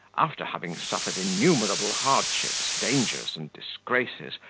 after having suffered innumerable hardships, dangers, and disgraces,